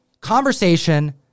conversation